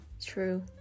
true